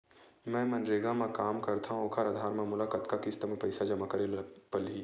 मैं मनरेगा म काम करथव, ओखर आधार म मोला कतना किस्त म पईसा जमा करे बर लगही?